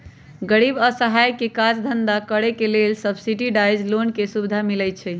गरीब असहाय के काज धन्धा करेके लेल सब्सिडाइज लोन के सुभिधा मिलइ छइ